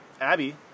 Abby